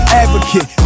advocate